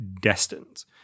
destined